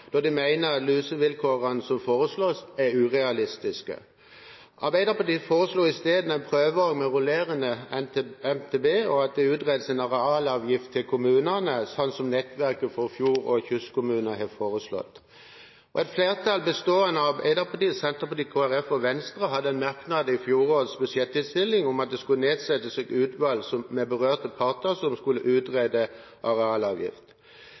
da de mener at lusekravene som foreslås, er urealistiske. Arbeiderpartiet foreslo isteden en prøveordning med rullerende MTB, og at det utredes en arealavgift til kommunene, slik som Nettverket for Fjord- og Kystkommuner har foreslått. Et flertall bestående av Arbeiderpartiet, Senterpartiet, Kristelig Folkeparti og Venstre hadde en merknad i fjorårets budsjettinnstilling om at det skulle nedsettes et utvalg med berørte parter som skulle utrede arealavgift.